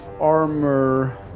armor